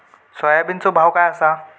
सोयाबीनचो भाव काय आसा?